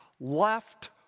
left